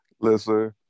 Listen